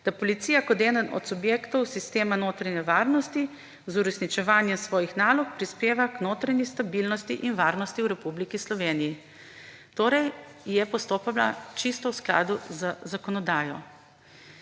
da policija kot eden od subjektov sistema notranje varnosti z uresničevanjem svojih nalog prispeva k notranji stabilnosti in varnosti v Republiki Sloveniji. Torej je postopala čisto v skladu z zakonodajo.